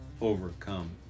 overcome